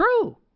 true